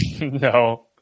no